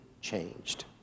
changed